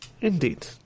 Indeed